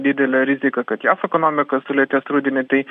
didelė rizika kad jav ekonomika sulėtės rudenį tai